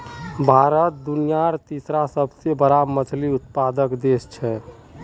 भारत दुनियार तीसरा सबसे बड़ा मछली उत्पादक देश छे